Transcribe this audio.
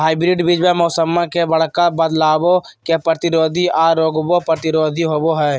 hybrid बीजावा मौसम्मा मे बडका बदलाबो के प्रतिरोधी आ रोगबो प्रतिरोधी होबो हई